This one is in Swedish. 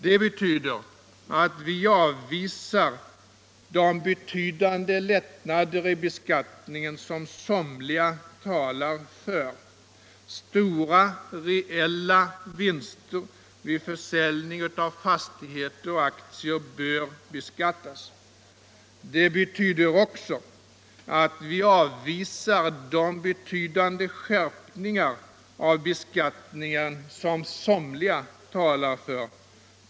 Det betyder att vi avvisar de betydande lättnader i beskattningen som somliga talar för. Stora, reella vinster vid försäljning av fastighet och aktier bör beskattas. Det betyder också att vi avvisar de betydande skärpningar i beskattningen som somliga talar för.